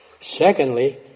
Secondly